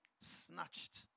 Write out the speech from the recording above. snatched